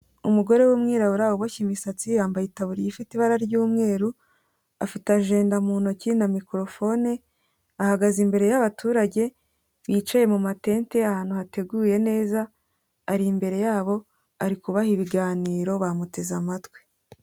Umugore w'umwirabura ubogoshye imisatsi yambaye itaburiya ifite ibara ry'umweru, afite ajenda mu ntoki na mikorofone, ahagaze imbere y'abaturage bicaye mu matente ahantu hateguye neza, ari imbere yabo ari kubaha ibiganiro bamuteze amatwi.